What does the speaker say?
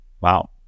wow